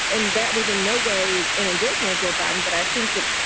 and that was in no way an endorsement of joe biden. but i think that,